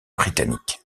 britannique